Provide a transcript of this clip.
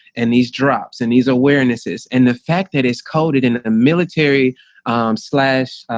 and these drops and these awarenesses and the fact that it's coated in a military slash,